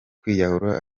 kwiyahura